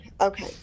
Okay